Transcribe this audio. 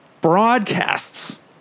Broadcasts